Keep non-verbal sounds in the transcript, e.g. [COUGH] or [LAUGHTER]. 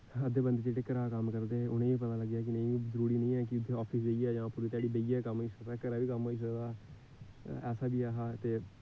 [UNINTELLIGIBLE] बंदे जेह्ड़े घरा दा कम्म करदे हे उ'नेंगी पता लग्गेआ कि नेईंं जरूरी नेईं ऐ कि आफिस जेइयै गै जां पूरी ध्याड़ी बेहियै गै कम्म होई सकदा घरा बी कम्म होई सकदा ऐ ऐसा बी ऐ हा ते